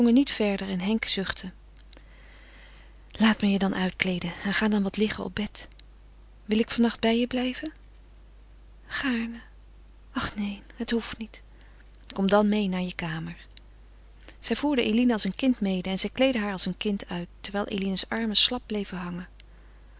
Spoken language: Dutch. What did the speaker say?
niet verder en henk zuchtte laat me je dan uitkleeden en ga dan wat liggen op bed wil ik van nacht bij je blijven gaarne ach neen het hoeft niet kom dan meê naar je kamer zij voerde eline als een kind mede en zij kleedde haar als een kind uit terwijl eline's armen slap bleven hangen